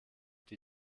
die